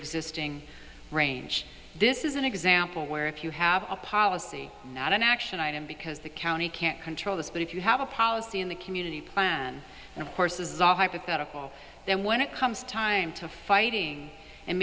existing range this is an example where if you have a policy not an action item because the county can't control this but if you have a policy in the community plan and of course this is all hypothetical then when it comes time to fighting and